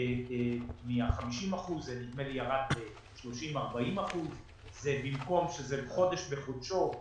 מה-50 אחוזים נדמה לי שזה ירד ל-40-30 אחוזים ובמקום שזה חודש בחודשו,